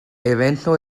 evento